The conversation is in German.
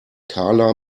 karla